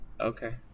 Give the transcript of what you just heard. Okay